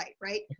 right